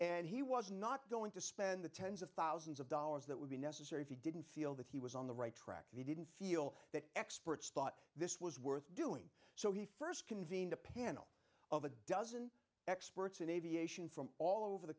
and he was not going to spend the tens of thousands of dollars that would be necessary if you didn't feel that he was on the right track and he didn't feel that experts thought this was worth doing so he st convened a panel of a dozen experts in aviation from all over the